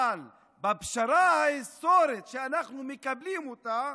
אבל בפשרה ההיסטורית, שאנחנו מקבלים אותה,